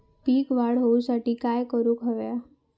पीक वाढ होऊसाठी काय करूक हव्या?